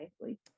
nicely